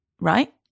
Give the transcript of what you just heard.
right